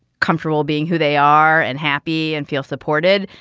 comfortable being who they are and happy and feel supported.